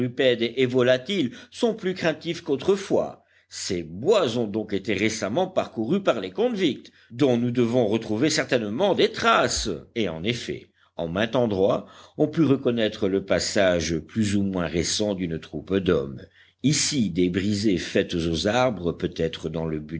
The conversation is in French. et volatiles sont plus craintifs qu'autrefois ces bois ont donc été récemment parcourus par les convicts dont nous devons retrouver certainement des traces et en effet en maint endroit on put reconnaître le passage plus ou moins récent d'une troupe d'hommes ici des brisées faites aux arbres peut-être dans le